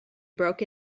broke